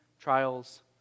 trials